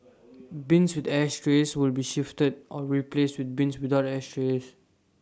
bins with ashtrays will be shifted or replaced with bins without ashtrays